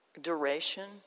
duration